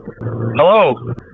Hello